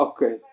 Okay